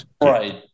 Right